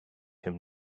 him